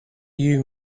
you